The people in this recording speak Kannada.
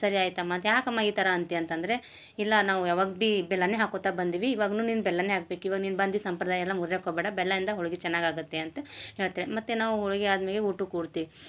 ಸರಿ ಆಯಿತಮಾ ಅದ್ಯಾಕಮಾ ಈ ಥರ ಅಂತಿ ಅಂತಂದರೆ ಇಲ್ಲಾ ನಾವು ಯವಾಗ ಬಿ ಬೆಲ್ಲಾನೆ ಹಾಕ್ಕೋತಾ ಬಂದ್ವಿ ಇವಾಗ್ನು ನೀನು ಬೆಲ್ಲನೆ ಹಾಕ್ಬೇಕು ಇವಾಗ ನೀನು ಬಂದು ಸಂಪ್ರದಾಯ ಎಲ್ಲಾ ಮುರ್ಯಕ್ಕೆ ಹೋಗಬೇಡ ಬೆಲ್ಲಯಿಂದ ಹೋಳಿಗೆ ಚೆನ್ನಾಗಾಗತ್ತೆ ಅಂತ ಹೇಳ್ತೆ ಮತ್ತು ನಾವು ಹೋಳಿಗೆ ಆದು ಮ್ಯಾಗೆ ಊಟಕ್ಕೆ ಕೂರ್ತೀವಿ